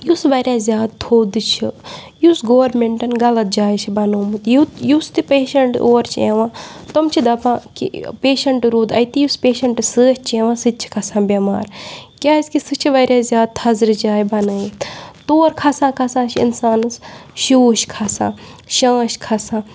یُس واریاہ زیادٕ تھوٚد چھِ یُس گورمٮ۪نٛٹَن غَلط جایہِ چھِ بَنومُت یُت یُس تہِ پیشنٛٹ اور چھِ یِوان تِم چھِ دَپان کہِ پیشنٛٹ روٗد اَتہِ یُس پیشنٛٹَس سۭتۍ چھِ یِوان سُہ تہِ چھِ گژھان بؠمار کیٛازِکہِ سُہ چھِ واریاہ زیادٕ تھَزرٕ جاے بَنٲیِتھ تور کھَسان کھَسان چھِ اِنسانَس شوٗش کھَسان شانٛش کھَسان